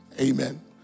Amen